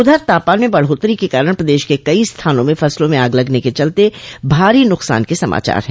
उधर तापमान में बढ़ोत्तरी के कारण प्रदेश के कई स्थानों में फसलों में आग लगने के चलते भारी नुकसान के समाचार है